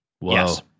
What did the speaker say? Yes